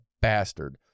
bastard